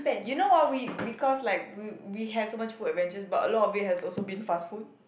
you know ah we we cause like we we have so much food adventures but a lot of it has also been fast food